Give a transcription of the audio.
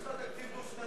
אז למה דחית את זה,